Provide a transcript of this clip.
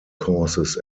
courses